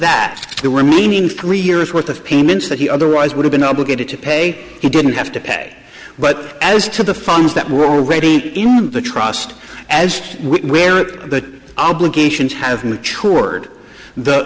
that the remaining three years worth of payments that he otherwise would have been obligated to pay he didn't have to pay but as to the funds that were already in the trust as we are it that obligations have mature the